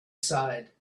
side